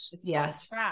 Yes